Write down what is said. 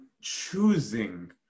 choosing